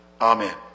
Amen